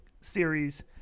series